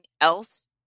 else